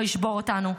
לא ישבור אותנו,